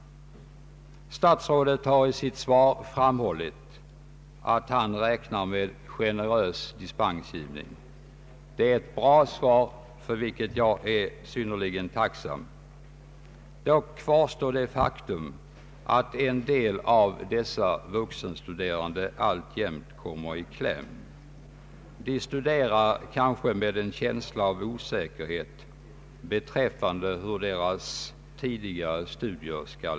Statsrådet har i sitt svar framhållit att han räknar med generös dispensgivning. Det är ett bra svar, för vilket jag är synnerligen tacksam. Dock kvarstår det faktum att en del av dessa vuxenstuderande alltjämt kommer i kläm. De studerar kanske med en känsla av osäkerhet beträffande bedömningen av deras tidigare studier.